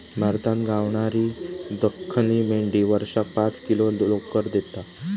भारतात गावणारी दख्खनी मेंढी वर्षाक पाच किलो लोकर देता